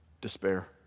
despair